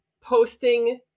Posting